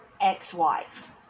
ex-wife